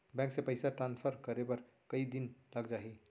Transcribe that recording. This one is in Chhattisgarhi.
बैंक से पइसा ट्रांसफर करे बर कई दिन लग जाही?